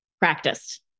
practiced